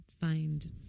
find